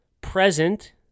present